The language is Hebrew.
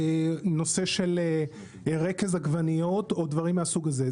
מהנושא של רכז עגבניות או דברים מהסוג הזה.